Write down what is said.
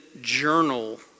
journal